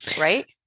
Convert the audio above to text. right